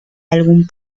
algún